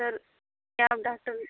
سر کیا آپ ڈاکٹر